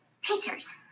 teachers